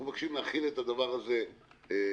אנחנו מבקשים להחיל את הדבר הזה מעכשיו,